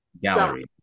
gallery